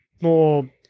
More